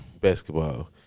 basketball